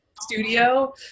studio